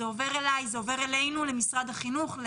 זה עובר אלינו למשרד החינוך.